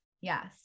Yes